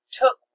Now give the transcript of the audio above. took